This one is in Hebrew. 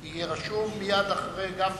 יהיה רשום מייד אחרי גפני.